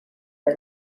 for